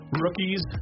Rookie's